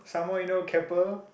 some more you know Keppel